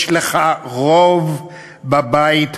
יש לך רוב בבית הזה,